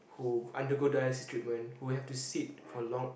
who undergo dialysis treatment who have to sit for long